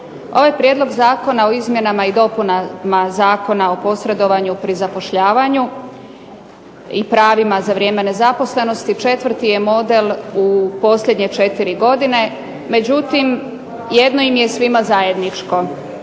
Ovaj prijedlog zakona o izmjenama i dopunama Zakona o posredovanju pri zapošljavanju i pravima za vrijeme nezaposlenosti četvrti je model u posljednje četiri godine, međutim jedno im je svima zajedničko,